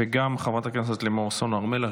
וגם חברת הכנסת לימור סון הר מלך,